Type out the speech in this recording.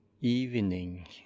evening